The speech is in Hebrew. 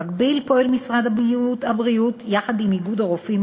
במקביל פועל משרד הבריאות יחד עם איגוד הרופאים